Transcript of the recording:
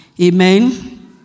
Amen